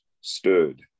stood